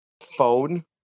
Phone